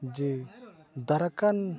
ᱡᱮ ᱫᱟᱨᱟᱭᱠᱟᱱ